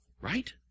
Right